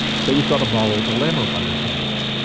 so you've got a moral dilemma on your hands,